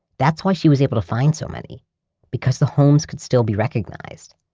that's why she was able to find so many because the homes could still be recognized.